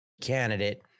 candidate